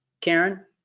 karen